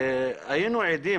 היינו עדים,